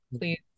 please